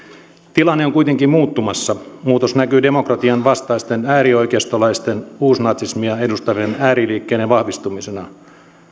tilanne on kuitenkin muuttumassa muutos näkyy demokratian vastaisten äärioikeistolaisten uusnatsismia edustavien ääriliikkeiden vahvistumisena